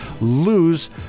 lose